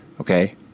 okay